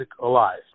alive